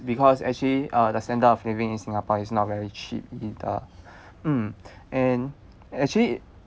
because actually uh the standard of living in singapore is not very cheap in the mm and actually